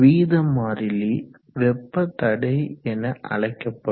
விகித மாறிலி வெப்ப தடை என அழைக்கப்படும்